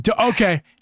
Okay